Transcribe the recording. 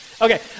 Okay